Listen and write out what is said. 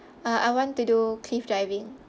uh I want to do cliff diving